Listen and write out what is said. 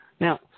Now